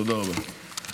תודה רבה.